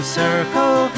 circle